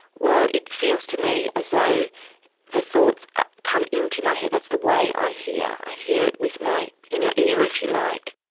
well it feels to me as though the thoughts come into my head, that's the way i hear, i hear it with my inner ear if you like.